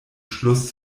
schluss